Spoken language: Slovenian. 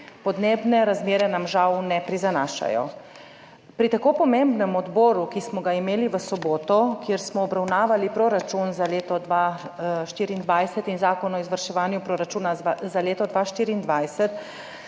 Podnebne razmere nam žal ne prizanašajo. Pri tako pomembnem odboru, ki smo ga imeli v soboto, kjer smo obravnavali proračun za leto 2024 in zakon o izvrševanju proračuna za leto 2024,